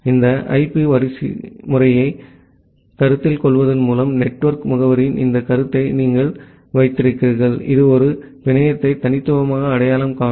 இந்த ஐபி வரிசைமுறையை கருத்தில் கொள்வதன் மூலம் நெட்வொர்க் முகவரியின் இந்த கருத்தை நீங்கள் வைத்திருக்கிறீர்கள் இது ஒரு பிணையத்தை தனித்துவமாக அடையாளம் காணும்